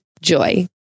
Joy